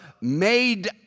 made